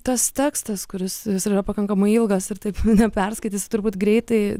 tas tekstas kuris jis yra pakankamai ilgas ir taip neperskaitysi turbūt greitai